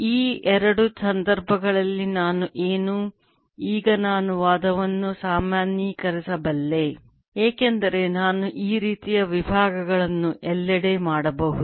ಈ ಎರಡು ಸಂದರ್ಭಗಳಲ್ಲಿ ನಾವು ಏನು ಈಗ ನಾನು ವಾದವನ್ನು ಸಾಮಾನ್ಯೀಕರಿಸಬಲ್ಲೆ ಏಕೆಂದರೆ ನಾನು ಈ ರೀತಿಯ ವಿಭಾಗಗಳನ್ನು ಎಲ್ಲೆಡೆ ಮಾಡಬಹುದು